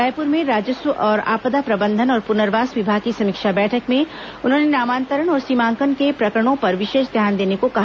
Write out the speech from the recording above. रायपुर में राजस्व और आपदा प्रबंधन और पुनर्वास विभाग की समीक्षा बैठक में उन्होंने नामांतरण और सीमाकन के प्रकरणों पर विशेष ध्यान देने को कहा